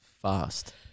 fast